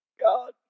God